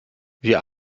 wir